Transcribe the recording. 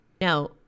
Now